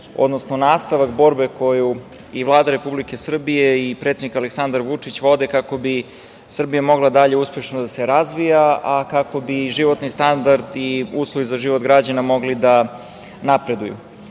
odnosno nastavak borbe koju i Vlada Republike Srbije i predsednik Aleksandar Vučić vode kako bi Srbija mogla dalje uspešno da se razvija, a kako bi životni standard i uslovi za život građana mogli da napreduju. Imali